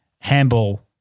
handball